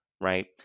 right